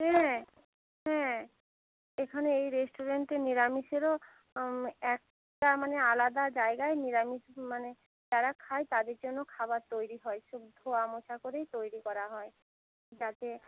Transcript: হ্যাঁ হ্যাঁ এখানে এই রেস্টুরেন্টে নিরামিষেরও একটা মানে আলাদা জায়গায় নিরামিষ মানে যারা খায় তাদের জন্য খাবার তৈরি হয় সব ধোঁয়া মোছা করেই তৈরি করা হয় যাতে